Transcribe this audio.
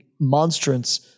monstrance